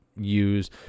use